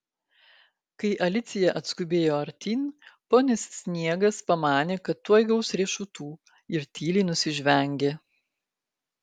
kai alicija atskubėjo artyn ponis sniegas pamanė kad tuoj gaus riešutų ir tyliai nusižvengė